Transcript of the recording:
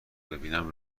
ببینم